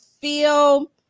feel